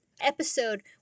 episode